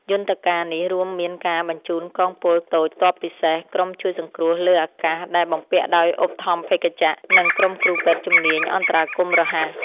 យន្តការនេះរួមមានការបញ្ជូនកងពលតូចទ័ពពិសេស ក្រុមជួយសង្គ្រោះលើអាកាសដែលបំពាក់ដោយឧទ្ធម្ភាគចក្រ និងក្រុមគ្រូពេទ្យជំនាញអន្តរាគមន៍រហ័ស។